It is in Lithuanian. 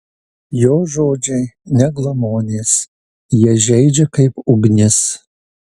jo žodžiai ne glamonės jie žeidžia kaip ugnis